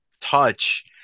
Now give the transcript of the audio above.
touch